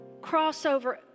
crossover